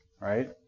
Right